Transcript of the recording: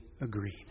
agreed